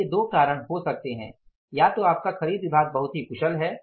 इसके दो कारण हो सकते हैं या तो आपका खरीद विभाग बहुत ही कुशल है